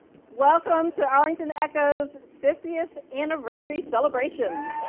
welcome to arlington echo's fiftieth anniversary celebration!